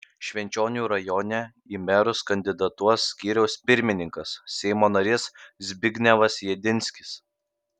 švenčionių rajone į merus kandidatuos skyriaus pirmininkas seimo narys zbignevas jedinskis